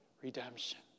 redemption